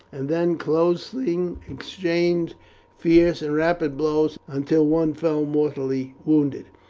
and then closing exchanged fierce and rapid blows until one fell mortally wounded.